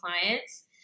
clients